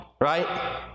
right